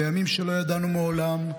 בימים שלא ידענו מעולם,